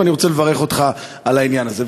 ואני רוצה לברך אותך על העניין הזה.